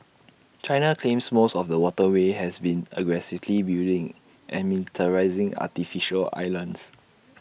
China claims most of the waterway and has been aggressively building and militarising artificial islands